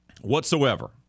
whatsoever